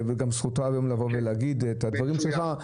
וגם זכותך היום להגיד את הדברים שלך.